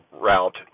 route